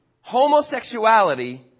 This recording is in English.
homosexuality